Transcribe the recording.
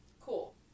Cool